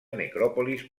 necròpolis